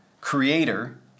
Creator